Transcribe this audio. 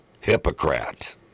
hypocrite